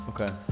Okay